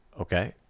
okay